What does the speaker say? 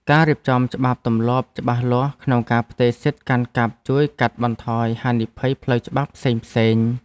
ការរៀបចំច្បាប់ទម្លាប់ច្បាស់លាស់ក្នុងការផ្ទេរសិទ្ធិកាន់កាប់ជួយកាត់បន្ថយហានិភ័យផ្លូវច្បាប់ផ្សេងៗ។